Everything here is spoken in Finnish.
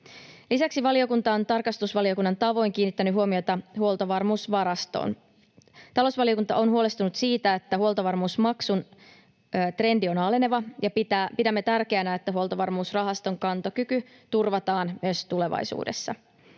Lisäksi valiokunta on tarkastusvaliokunnan tavoin kiinnittänyt huomiota Huoltovarmuusrahastoon. Talousvaliokunta on huolestunut siitä, että huoltovarmuusmaksun trendi on aleneva, ja pidämme tärkeänä, että Huoltovarmuusrahaston kantokyky turvataan myös tulevaisuudessa.